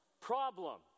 Problem